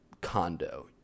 condo